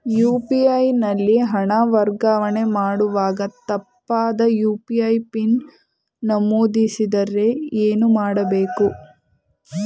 UPI ನಲ್ಲಿ ಹಣ ವರ್ಗಾವಣೆ ಮಾಡುವಾಗ ತಪ್ಪಾದ ಯು.ಪಿ.ಐ ಪಿನ್ ನಮೂದಿಸಿದರೆ ಏನು ಮಾಡಬೇಕು?